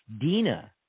Dina